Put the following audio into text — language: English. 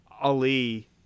ali